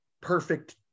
perfect